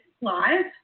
Live